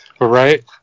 Right